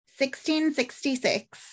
1666